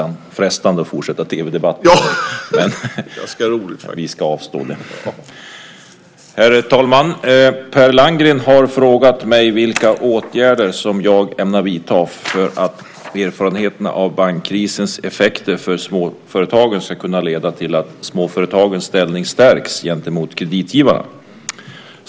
Herr talman! Per Landgren har frågat mig vilka åtgärder jag ämnar vidta för att erfarenheterna av bankkrisens effekter för småföretagen ska kunna leda till att småföretagens ställning stärks gentemot kreditgivarna.